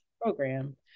Program